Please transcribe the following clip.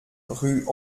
rue